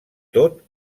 tot